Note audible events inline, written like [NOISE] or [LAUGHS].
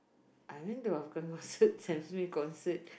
I went to Afghan concert [LAUGHS] Sam-Smith's concert